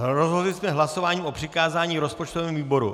Rozhodli jsme hlasováním o přikázání rozpočtovému výboru.